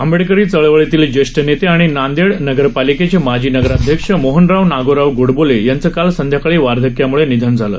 आंबेडकरी चळवळीतील जेष्ठ नेते आणि नांदेड नगर पालिकेचे माजी नगराध्यक्ष मोहनराव नागोराव गोडबोले यांच काल संध्याकाळी वार्धक्यामूळे निधन झाले